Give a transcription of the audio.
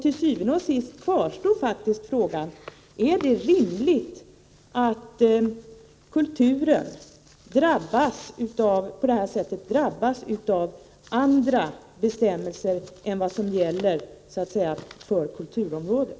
Til syvende og sidst kvarstår faktiskt frågan: Är det rimligt att kulturen på detta sätt drabbas av andra bestämmelser än dem som gäller på kulturområdet?